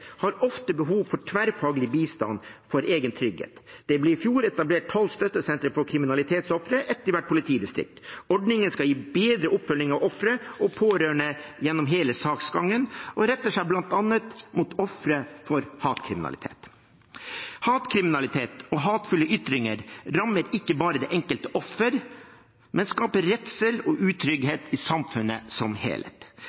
har ofte behov for tverrfaglig bistand for egen trygghet. Det ble i fjor etablert tolv støttesentre for kriminalitetsofre, ett i hvert politidistrikt. Ordningen skal gi bedre oppfølging av ofre og pårørende gjennom hele saksgangen og retter seg bl.a. mot ofre for hatkriminalitet. Hatkriminalitet og hatefulle ytringer rammer ikke bare det enkelte offer, men skaper redsel og